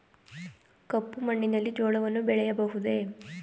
ಕಪ್ಪು ಮಣ್ಣಿನಲ್ಲಿ ಜೋಳವನ್ನು ಬೆಳೆಯಬಹುದೇ?